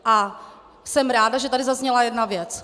A jsem ráda, že tady zazněla jedna věc.